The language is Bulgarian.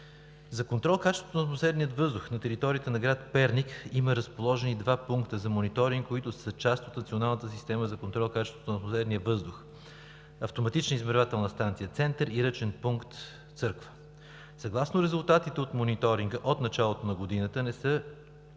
За контрол на качеството на атмосферния въздух на територията на град Перник има разположени два пункта за мониторинг, които са част от Националната система за контрол на качеството на атмосферния въздух – автоматична измервателна станция „Център“ и ръчен пункт „Църква“. Съгласно резултатите от мониторинга от началото на годината не са